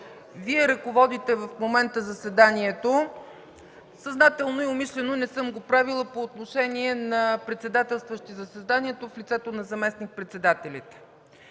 Вие ръководите в момента заседанието. Съзнателно и умишлено не съм го правила по отношение на председателстващи заседанието в лицето на заместник-председателите.